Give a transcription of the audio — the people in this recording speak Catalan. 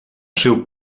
seu